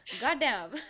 goddamn